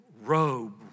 robe